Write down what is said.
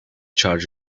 charge